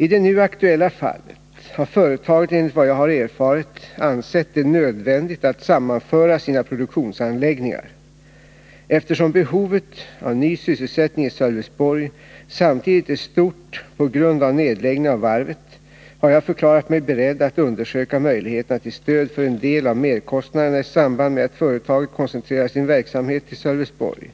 I det nu aktuella fallet har företaget enligt vad jag har erfarit ansett det nödvändigt att sammanföra sina produktionsanläggningar. Eftersom behovet av ny sysselsättning i Sölvesborg samtidigt är stort på grund av nedläggningen av varvet, har jag förklarat mig beredd att undersöka je stadsföretag från möjligheterna till stöd för en del av merkostnaderna i samband med att Östergötland till företaget koncentrerar sin verksamhet till Sölvesborg.